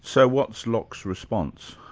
so what's locke's response?